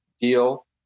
deal